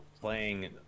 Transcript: playing